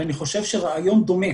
ואני חושב שרעיון דומה